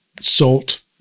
salt